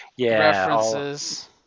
References